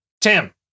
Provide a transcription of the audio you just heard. Tim